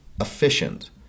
efficient